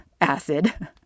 acid